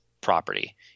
property